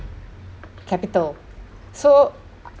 capital so